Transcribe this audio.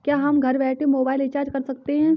क्या हम घर बैठे मोबाइल रिचार्ज कर सकते हैं?